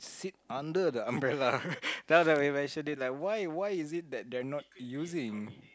sit under the umbrella tell them eventually like why why is that they are not using